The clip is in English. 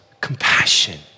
compassion